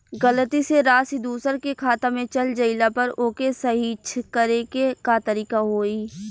गलती से राशि दूसर के खाता में चल जइला पर ओके सहीक्ष करे के का तरीका होई?